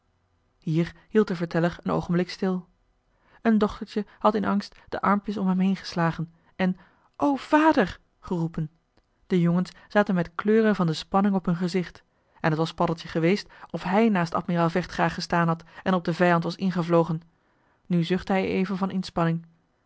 hier hield de verteller een oogenblik stil een dochtertje had in angst de armpjes om hem heen geslagen en o vader geroepen de jongens zaten met kleuren van de spanning op hun gezicht en het was paddeltje geweest of hij naast admiraal vechtgraag gestaan had en op den vijand was ingevlogen nu zuchtte hij even van inspanning